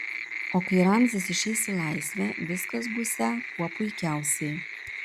o kai ramzis išeis į laisvę viskas būsią kuo puikiausiai